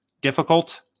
difficult